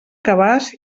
cabàs